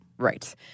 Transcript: Right